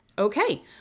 Okay